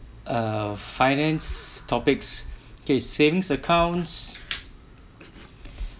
uh finance topics okay savings accounts